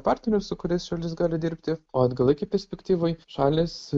partnerių su kurias šalis gali dirbti o ilgalaikėj perspektyvoj šalys